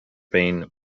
been